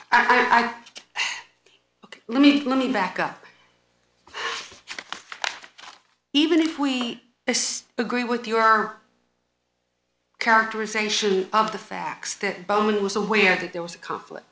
ok let me let me back up even if we just agree with you our characterization of the facts that bowman was aware that there was a conflict